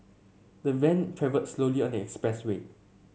the van travelled slowly on expressway